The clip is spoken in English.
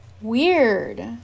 Weird